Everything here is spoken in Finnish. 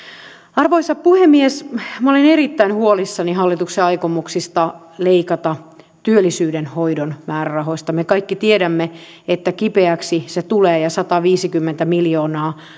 arvoisa puhemies minä olen erittäin huolissani hallituksen aikomuksista leikata työllisyyden hoidon määrärahoista me kaikki tiedämme että kipeäksi se tulee ja sataviisikymmentä miljoonaa